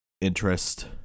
interest